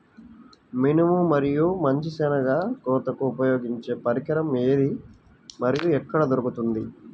మినుము మరియు మంచి శెనగ కోతకు ఉపయోగించే పరికరం ఏది మరియు ఎక్కడ దొరుకుతుంది?